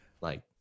like-